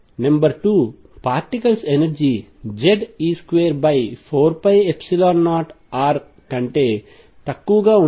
number 2 particles energy Ze24π0Rnucleus కంటే తక్కువగా ఉంటుంది